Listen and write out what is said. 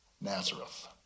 Nazareth